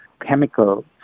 chemical